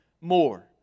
more